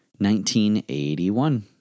1981